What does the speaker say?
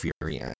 Fury